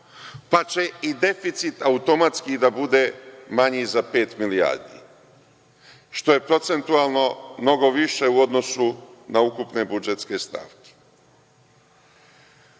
pa će i deficit automatski da bude manji za 5 milijardi, što je procentualno mnogo više u odnosu na ukupne budžetske stavke.